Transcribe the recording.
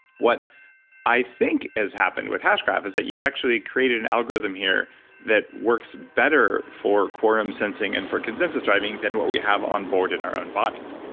what i think has happened with hash graph is that you've actually created an algorithm here that works better for quorum sensing and for consensus driving than what we have on board in our own bodies.